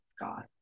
God